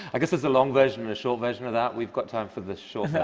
i guess there's a long version and a short version of that. we've got time for the short